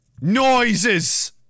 noises